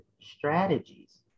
strategies